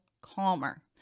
calmer